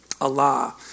Allah